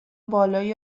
بالای